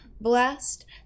blast